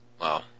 Wow